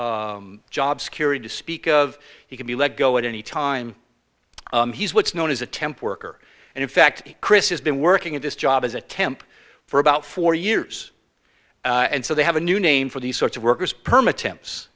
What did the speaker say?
no job security to speak of he could be let go at any time he's what's known as a temp worker and in fact chris has been working at this job as a temp for about four years and so they have a new name for these sorts of workers perma temps